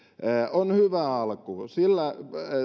on hyvä alku sillä